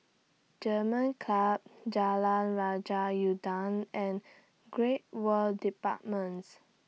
German Club Jalan Raja Udang and Great World Departments